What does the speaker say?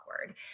awkward